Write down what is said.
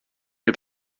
mir